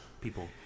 People